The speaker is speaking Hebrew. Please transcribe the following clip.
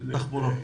התחבורה,